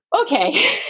okay